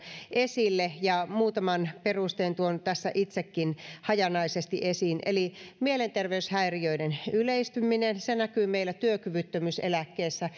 esille ja muutaman perusteen tuon tässä itsekin hajanaisesti esiin mielenterveyshäiriöiden yleistyminen näkyy meillä työkyvyttömyyseläkkeissä